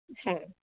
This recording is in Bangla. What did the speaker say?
হ্যাঁ